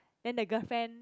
then the girlfriend